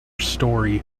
story